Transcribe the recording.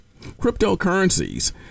Cryptocurrencies